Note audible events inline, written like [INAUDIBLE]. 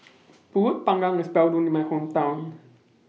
[NOISE] Pulut Panggang IS Bell known in My Hometown [NOISE]